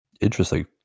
Interesting